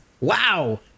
wow